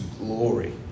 glory